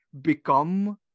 become